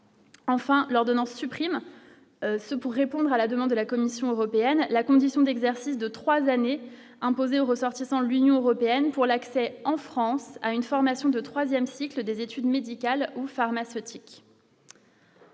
enfin l'ordonnance supprime ce pour répondre à la demande de la Commission européenne, la condition d'exercice de 3 années imposées aux ressortissants lui lunion européenne pour l'accès en France à une formation de 3ème cycle des études médicales ou pharmaceutique.